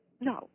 No